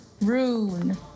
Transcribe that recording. rune